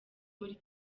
muri